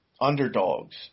underdogs